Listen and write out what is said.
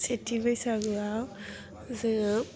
सेथि बैसागुआव जोङो